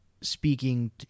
speaking